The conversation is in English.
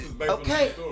okay